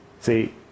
See